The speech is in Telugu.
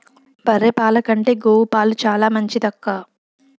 బర్రె పాల కంటే గోవు పాలు చాలా మంచిదక్కా